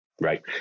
Right